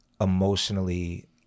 emotionally